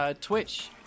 Twitch